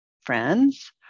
friends